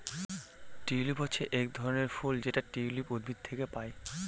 tulip হচ্ছে এক ধরনের ফুল যেটা টিউলিপ উদ্ভিদ থেকে পায়